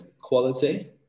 quality